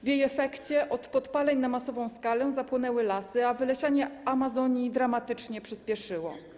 W jej efekcie z powodu podpaleń na masową skalę zapłonęły lasy, a wylesianie Amazonii dramatycznie przyspieszyło.